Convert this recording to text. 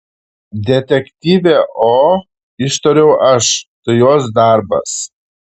detektyvė o ištariau aš tai jos darbas